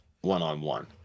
one-on-one